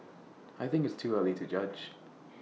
I think it's too early to judge